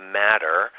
matter